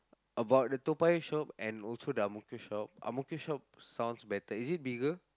about the Toa-Payoh shop and also the Ang-Mo-Kio shop Ang-Mo-Kio shop sounds better is it bigger